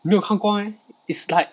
你没有看过 meh is like